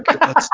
God